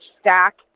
stack